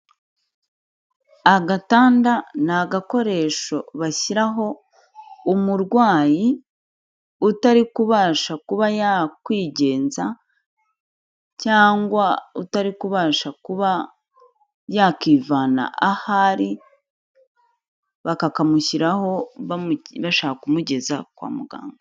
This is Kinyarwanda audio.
Agatanda ni agakoresho bashyiraho umurwayi utari kubasha kuba yakwigenza cyangwa utari kubasha kuba yakivana aho ari, bakakamushyiraho bashaka kumugeza kwa muganga.